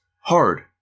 hard